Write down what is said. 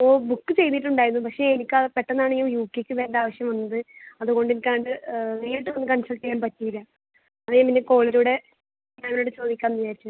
ഓ book ചെയ്തിട്ടുണ്ടായിരുന്നു പക്ഷെ എനിക്ക് പെട്ടെന്നാണ് യു കെ യ്ക്ക് വരേണ്ട ആവശ്യം വന്നത് അതുകൊണ്ട് എനിക്ക് അങ്ങട്ട് നേരിട്ട് കൺസൾട്ട് ചെയ്യാൻ പറ്റിയില്ല അത് പിന്നെ കോളിലൂടെ അങ്ങോട്ട് ചോദിക്കാമെന്ന് വിചാരിച്ചു